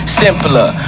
simpler